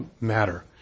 matter